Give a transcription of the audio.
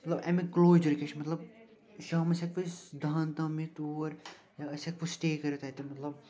مطلب اَمِکۍ کٕلوجَر کیٛاہ چھِ مطلب شامَس ہٮ۪کوٕ أسۍ دَہَن تام یِتھ اور یا أسۍ ہٮ۪کوٕ سِٹے کٔرِتھ اَتہِ مطلب